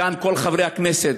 כאן כל חברי הכנסת,